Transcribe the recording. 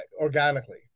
organically